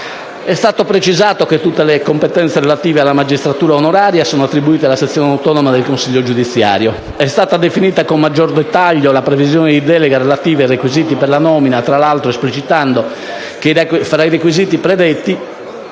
È stato precisato che tutte le competenze relative alla magistratura onoraria sono attribuite alla sezione autonoma del Consiglio giudiziario. È stata definita con maggior dettaglio la previsione di delega relativa ai requisiti per la nomina, tra l'altro esplicitando che fra i requisiti predetti